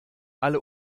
alle